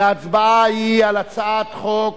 ההצבעה היא על הצעת חוק